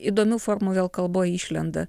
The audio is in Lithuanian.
įdomių formų vėl kalboj išlenda